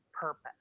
purpose